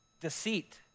deceit